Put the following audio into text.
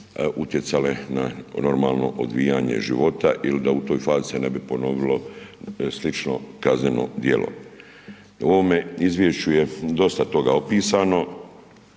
utjecale na normalno odvijanje života ili da u toj fazi se ne bi ponovilo slično kazneno djelo. U ovome izvješću je dosta toga opisano,